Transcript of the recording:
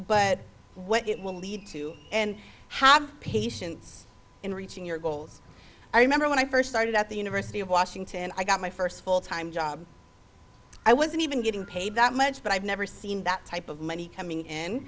but what it will lead to and have patience in reaching your goals i remember when i first started at the university of washington and i got my first full time job i wasn't even getting paid that much but i've never seen that type of money coming in